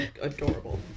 adorable